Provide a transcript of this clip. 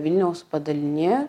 vilniaus padalinyje